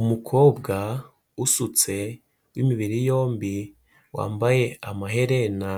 Umukobwa usutse w'imibiri yombi, wambaye amaherena